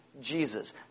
Jesus